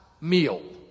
meal